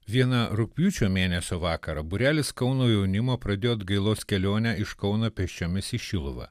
vieną rugpjūčio mėnesio vakarą būrelis kauno jaunimo pradėjo atgailos kelionę iš kauno pėsčiomis į šiluvą